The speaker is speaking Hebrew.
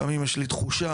לפעמים יש לי תחושה,